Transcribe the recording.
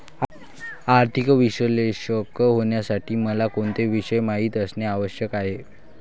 आर्थिक विश्लेषक होण्यासाठी मला कोणते विषय माहित असणे आवश्यक आहे?